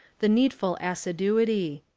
the needful assiduity,